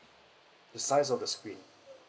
the size of the screen